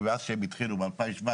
מאז שהם התחילו ב-2017,